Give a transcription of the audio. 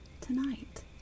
tonight